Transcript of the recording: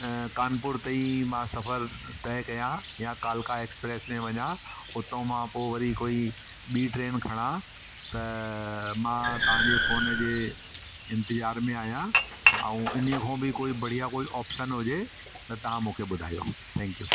कानपुर ताईं मां सफ़रु तंहिं कया या कालका एक्सप्रेस में वञा उतां मां पोइ वरी कोई ॿीं ट्रेन खणा त मां तव्हांजे फ़ोन जे इंतजार में आहियां ऐं हिन ई खां बि कोई बढ़िया कोई ऑपशन हुजे त तव्हां मूंखे ॿुधायो थैंक्यू